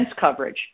coverage